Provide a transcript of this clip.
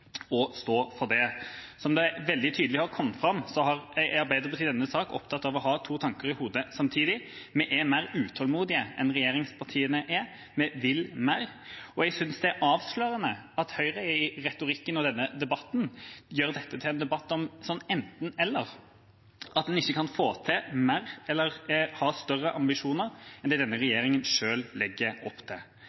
å stå for det. Som det veldig tydelig har kommet fram, er Arbeiderpartiet i denne saken opptatt av å ha to tanker i hodet samtidig. Vi er mer utålmodige enn regjeringspartiene er, vi vil mer. Jeg synes det er avslørende at Høyre i retorikken og denne debatten gjør dette til en debatt om enten–eller – at en ikke kan få til mer eller ha større ambisjoner enn det denne regjeringen selv legger opp til.